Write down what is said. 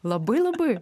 labai labai